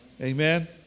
amen